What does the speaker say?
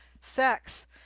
sex